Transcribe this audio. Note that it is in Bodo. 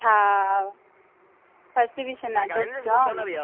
सा फार्स दिबिसन आ दस जन